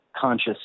conscious